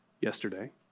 yesterday